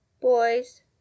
boys